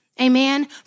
amen